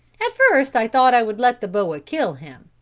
at first i thought i would let the boa kill him,